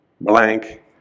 blank